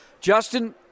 Justin